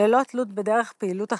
ללא תלות בדרך פעילות החברה.